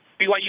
BYU